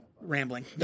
rambling